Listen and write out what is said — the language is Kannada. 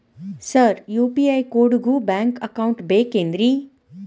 ಸರ್ ಯು.ಪಿ.ಐ ಕೋಡಿಗೂ ಬ್ಯಾಂಕ್ ಅಕೌಂಟ್ ಬೇಕೆನ್ರಿ?